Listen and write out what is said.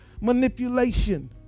Manipulation